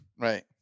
Right